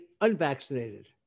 unvaccinated